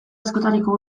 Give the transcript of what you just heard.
askotarikoa